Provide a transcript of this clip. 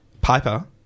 Piper